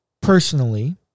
personally